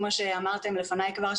כמו שאמרתם לפניי כבר,